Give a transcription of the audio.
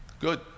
Good